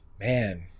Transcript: Man